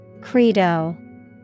Credo